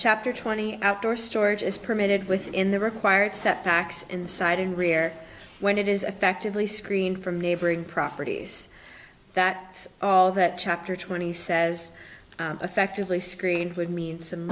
chapter twenty outdoor storage is permitted within the required set backs inside and rare when it is effectively screen from neighboring properties that that chapter twenty says effectively screened would mean some